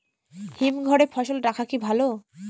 হিমঘরে ফসল রাখা কি ভালো?